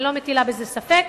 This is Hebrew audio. אני לא מטילה בזה ספק,